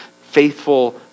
faithful